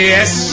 Yes